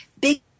big